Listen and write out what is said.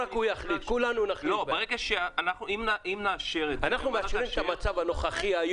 --- אם נאשר את זה --- אנחנו מאשרים את המצב הנוכחי,